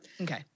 Okay